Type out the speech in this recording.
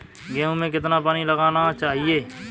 गेहूँ में कितना पानी लगाना चाहिए?